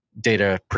Data